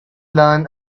learn